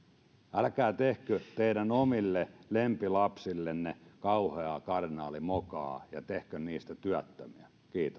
älkää tehkö teidän omille lempilapsillenne kauheaa kardinaalimokaa ja tehkö heistä työttömiä